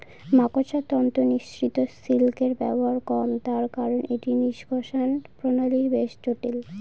মাকড়সার তন্তু নিঃসৃত সিল্কের ব্যবহার কম তার কারন এটি নিঃষ্কাষণ প্রণালী বেশ জটিল